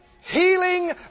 healing